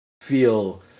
feel